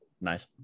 Nice